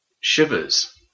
Shivers